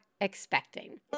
Expecting